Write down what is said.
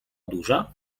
duża